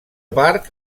part